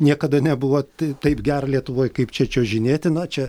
niekada nebuvo tai taip gera lietuvoje kaip čia čiuožinėti na čia